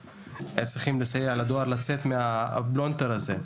צריכים לסייע לדואר לצאת מהפלונטר הזה.